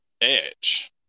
Edge